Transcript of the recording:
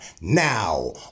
Now